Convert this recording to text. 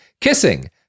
kissing